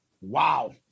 wow